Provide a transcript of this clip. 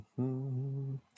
-hmm